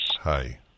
Hi